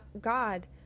God